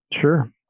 Sure